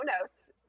notes